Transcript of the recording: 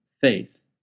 faith